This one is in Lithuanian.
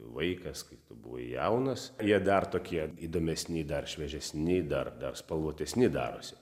vaikas kai tu buvai jaunas jie dar tokie įdomesni dar šviežesni dar dar spalvotesni darosi